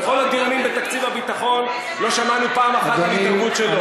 בכל הדיונים בתקציב הביטחון לא שמענו פעם על התערבות שלו.